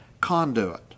conduit